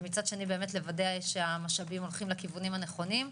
ומצד שני באמת לוודא שהמשאבים הולכים לכיוונים הנכונים.